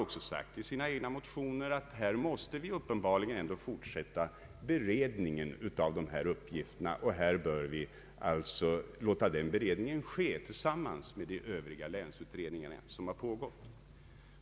Centerpartiet har också i motioner sagt att beredningen av dessa uppgifter måste fortsätta och måste ske gemensamt med de övriga länsutredningar som har pågått.